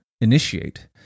initiate